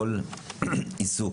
כל עיסוק,